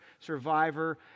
survivor